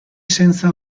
senza